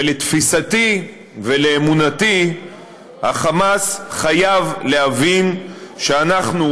ולתפיסתי ולאמונתי ה"חמאס" חייב להבין שלא